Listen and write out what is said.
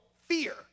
fear